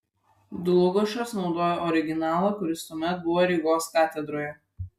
dlugošas naudojo originalą kuris tuomet buvo rygos katedroje